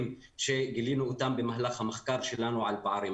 שגילינו אותם במהלך המחקר שלנו על פערים.